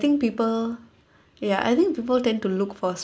think people ya I think people tend to look for